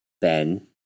Ben